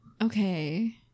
okay